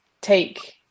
take